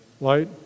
Light